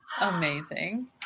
Amazing